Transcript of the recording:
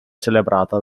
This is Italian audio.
celebrata